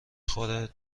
خوره